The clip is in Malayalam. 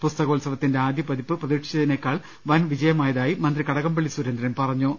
പുസ്തകോത്സവത്തിന്റെ ആദ്യ പതിപ്പ് പ്രതീക്ഷിച്ചതിനേക്കാൾ വൻ വിജയമായതായി മന്ത്രി കടകംപള്ളി സുരേന്ദ്രൻ പറ ഞ്ഞു